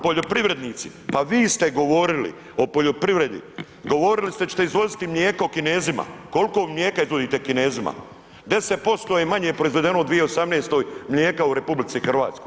Poljoprivrednici, pa vi ste govorili o poljoprivredi, govorili ste da ćete izvoziti mlijeko Kinezima, koliko mlijeka izvozite Kinezima, 10% je manje proizvedeno u 2018. mlijeka u RH.